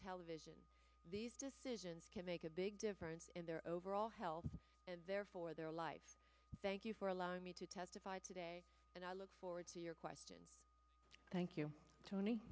television these decisions can make a big difference in their overall health and therefore their life thank you for allowing me to testify today and i look forward to your question thank you tony